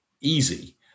easy